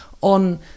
on